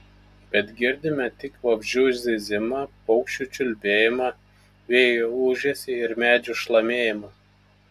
bet girdime tik vabzdžių zyzimą paukščių čiulbėjimą vėjo ūžesį ir medžių šlamėjimą